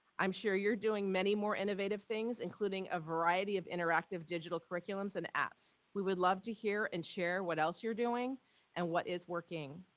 i'm sure you're doing many more innovative things including a variety of interactive digital curriculums and apps we would love to hear and share what else you're doing and what is working.